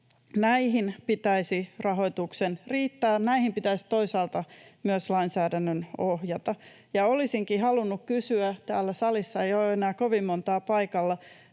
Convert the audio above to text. näihin pitäisi rahoituksen riittää ja näihin pitäisi toisaalta myös lainsäädännön ohjata. Olisinkin halunnut kysyä — täällä salissa ei ole enää kovin montaa paikalla